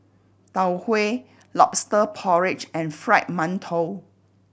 Tau Huay Lobster Porridge and Fried Mantou